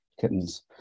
kittens